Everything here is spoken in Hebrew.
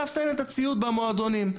לאפסן את הציוד במועדונים.